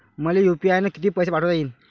मले यू.पी.आय न किती पैसा पाठवता येईन?